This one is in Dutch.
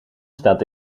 staat